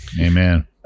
Amen